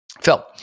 Phil